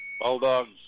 Bulldogs